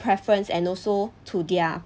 preference and also to their